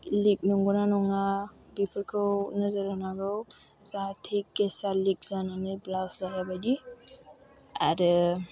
लिक नंगौ ना नङा बेफोरखौ नोजोर होनांगौ जाहाथे गेसआ लिक जानानै ब्लास्ट जायि बायदि आरो